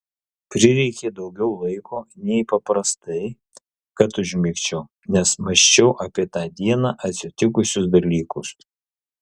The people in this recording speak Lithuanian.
prireikė daugiau laiko nei paprastai kad užmigčiau nes mąsčiau apie tą dieną atsitikusius dalykus